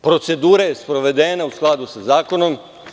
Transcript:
Procedura je sprovedena u skladu sa zakonom.